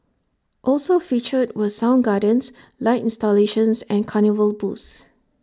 also featured were sound gardens light installations and carnival booths